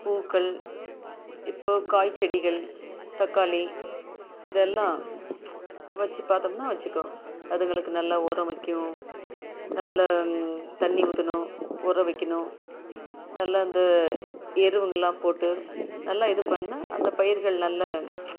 பூக்கள் இப்போ காய் செடிகள் தக்காளி இதெல்லாம் வச்சி பார்த்தம்னா வச்சிக்கோ அதுங்களுக்கு நல்லா உரம் வைக்கவும் நல்லா தண்ணி ஊற்றணும் உரம் வைக்கணும் நல்லா இந்த எருவுங்க எல்லாம் போட்டு நல்லா இது பண்ணா அந்த பயிர்கள் நல்ல